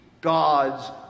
God's